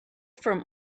from